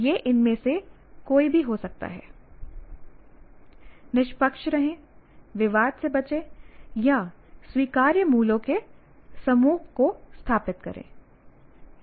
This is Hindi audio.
यह इनमें से कोई भी हो सकता है निष्पक्ष रहें विवाद से बचें या स्वीकार्य मूल्यों के समूह को स्थापित करें